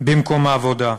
במקום העבודה.